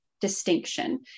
distinction